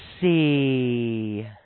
see